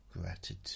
gratitude